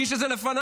שהגיש את זה לפניי.